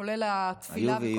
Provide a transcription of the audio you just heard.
כולל התפילה היו ויהיו.